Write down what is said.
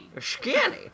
Skinny